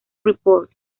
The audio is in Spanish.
report